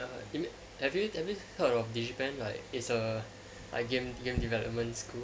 err have you have you heard of Digipen like it's a game game development school